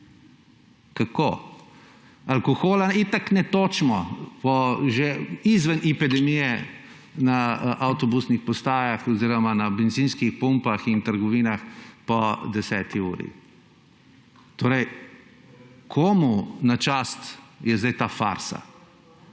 Kako? Alkohola itak ne točimo že izven epidemije na avtobusnih postajah oziroma na bencinskih pumpah in v trgovinah po 22. uri. Komu na čast je torej zdaj ta farsa?